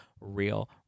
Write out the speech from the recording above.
real